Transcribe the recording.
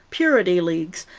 purity leagues,